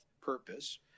purpose